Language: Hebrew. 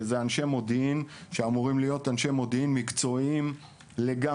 כי אלה אנשי מודיעין שאמורים להיות אנשי מודיעין מקצועיים לגמרי,